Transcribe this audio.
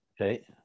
Okay